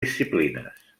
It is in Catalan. disciplines